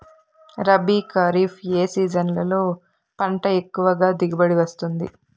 రబీ, ఖరీఫ్ ఏ సీజన్లలో పంట ఎక్కువగా దిగుబడి వస్తుంది